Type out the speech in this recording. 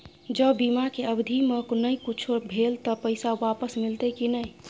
ज बीमा के अवधि म नय कुछो भेल त पैसा वापस मिलते की नय?